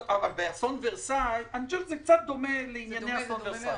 אבל זה קצת דומה לעניין אסון ורסאי.